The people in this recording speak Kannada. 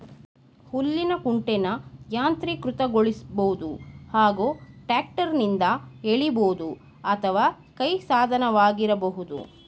ಹುಲ್ಲಿನ ಕುಂಟೆನ ಯಾಂತ್ರೀಕೃತಗೊಳಿಸ್ಬೋದು ಹಾಗೂ ಟ್ರ್ಯಾಕ್ಟರ್ನಿಂದ ಎಳಿಬೋದು ಅಥವಾ ಕೈ ಸಾಧನವಾಗಿರಬಹುದು